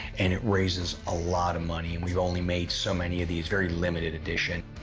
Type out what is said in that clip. and it raises a lot of money. and we've only made so many of these. very limited edition.